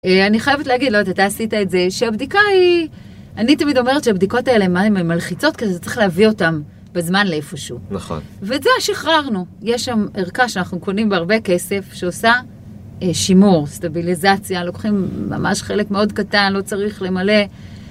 אני חייבת להגיד, לא, אתה עשית את זה, שהבדיקה היא... אני תמיד אומרת שהבדיקות האלה, מה אם הן מלחיצות כזה, אתה צריך להביא אותן בזמן לאיפשהו. נכון. ואת זה שחררנו. יש שם ערכה שאנחנו קונים בהרבה כסף, שעושה שימור, סטביליזציה, לוקחים ממש חלק מאוד קטן, לא צריך למלא.